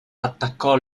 attaccò